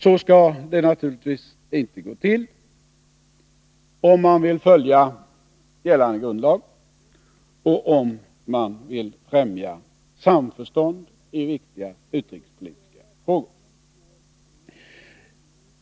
Så skall det naturligtvis inte gå till, om man vill följa gällande grundlag och om man vill främja samförstånd i viktiga utrikespolitiska frågor.